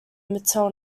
mitel